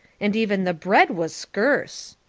and even the bread was skurce.